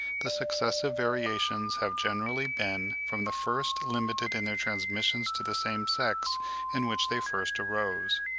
the successive variations have generally been from the first limited in their transmission to the same sex in which they first arose.